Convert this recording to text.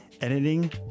editing